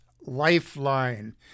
Lifeline